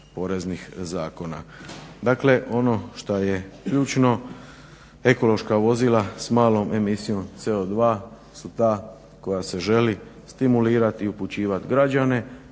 poreznih zakona. Dakle ono šta je ključno ekološka vozila s malom emisijom CO2 su ta koja se želi stimulirati i upućivati građane,